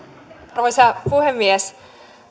arvoisa puhemies